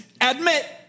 admit